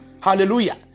Hallelujah